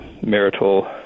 marital